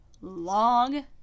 long